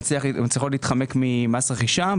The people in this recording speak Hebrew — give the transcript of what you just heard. שמצליחות להתחמק ממס רכישה.